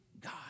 God